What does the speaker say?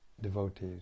devotees